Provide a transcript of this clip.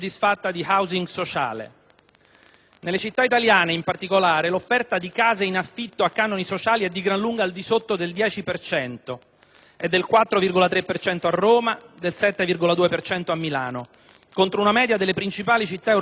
Nelle città italiane, in particolare, l'offerta di case in affitto a canoni sociali è di gran lunga al di sotto del 10 per cento (4,3 per cento a Roma, 7,2 per cento a Milano), contro una media delle principali città europee vicina al 15